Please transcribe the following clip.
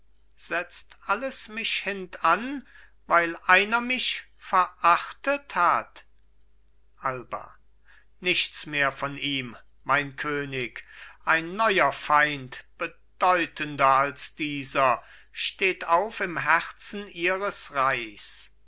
setzt alles mich hintan weil einer mich verachtet hat alba nichts mehr von ihm mein könig ein neuer feind bedeutender als dieser steht auf im herzen ihres reichs